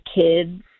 kids